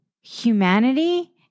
humanity